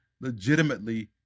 legitimately